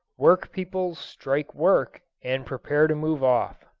work-people strike work and prepare to move off